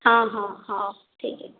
ହଁ ହଁ ହେଉ ଠିକ୍ ଅଛି